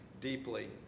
deeply